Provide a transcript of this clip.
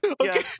Okay